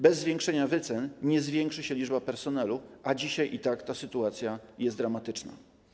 Bez zwiększenia wycen nie zwiększy się liczba personelu, a dzisiaj i tak ta sytuacja jest dramatyczna.